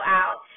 out